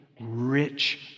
rich